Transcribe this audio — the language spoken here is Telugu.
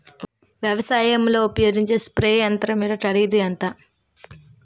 వ్యవసాయం లో ఉపయోగించే స్ప్రే యంత్రం యెక్క కరిదు ఎంత?